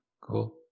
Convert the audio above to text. Cool